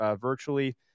virtually